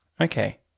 Okay